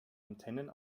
antennen